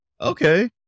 Okay